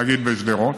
נגיד בשדרות,